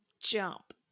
jump